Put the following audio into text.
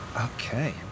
Okay